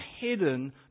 hidden